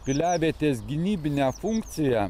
piliavietės gynybinę funkciją